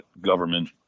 government